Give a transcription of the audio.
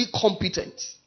competent